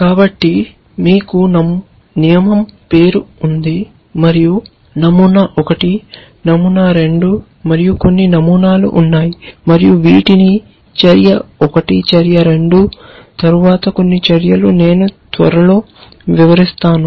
కాబట్టి మీకు నియమం పేరు ఉంది మరియు నమూనా 1 నమూనా 2 మరియు కొన్ని నమూనాలు ఉన్నాయి మరియు వీటిని చర్య 1 చర్య 2 తరువాత కొన్ని చర్యలను నేను త్వరలో వివరిస్తాను